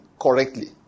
correctly